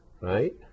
right